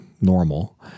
normal